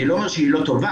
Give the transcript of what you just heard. אני לא אומר שהיא לא טובה,